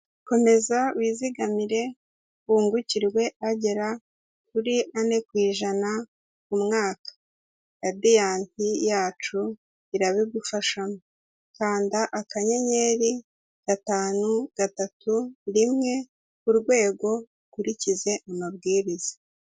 Komeza wizigamire wungukirwe agera kuri ane ku ijana ku mwaka radiyati yacu irabigufasha kanda akanyenyeri gatanu gatatu rimwe urwego ukurikize amabwiriza.